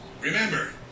Remember